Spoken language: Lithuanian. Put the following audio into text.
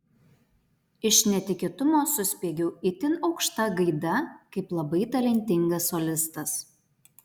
iš netikėtumo suspiegiau itin aukšta gaida kaip labai talentingas solistas